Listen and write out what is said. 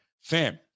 Fam